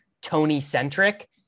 Tony-centric